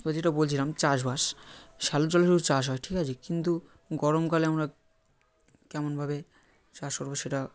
ওই যেটা বলছিলাম চাষবাস শ্যালো জলেও চাষ হয় ঠিক আছে কিন্তু গরমকালে আমরা কেমনভাবে চাষ করবো সেটা